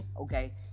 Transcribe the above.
okay